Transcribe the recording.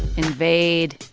invade,